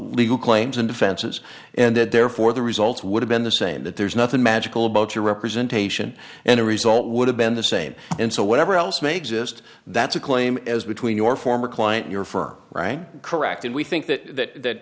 legal claims and defenses and therefore the results would have been the same that there's nothing magical about your representation and the result would have been the same and so whatever else may exist that's a claim as between your former client your firm right correct and we think that th